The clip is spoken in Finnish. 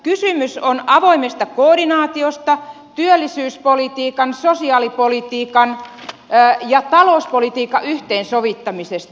kysymys on avoimesta koordinaatiosta työllisyyspolitiikan sosiaalipolitiikan ja talouspolitiikan yhteensovittamisesta